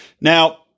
Now